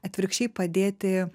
atvirkščiai padėti